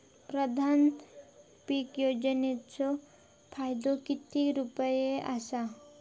पंतप्रधान पीक योजनेचो फायदो किती रुपये आसा?